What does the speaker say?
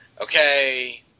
okay